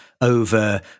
over